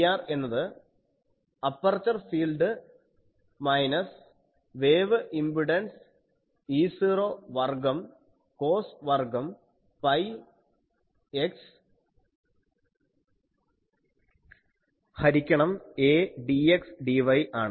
Pr എന്നത് aperture field minus wave impedance E0 വർഗ്ഗം cos വർഗ്ഗം പൈ x ഹരിക്കണം a dxdy ആണ്